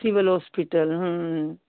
civil hospital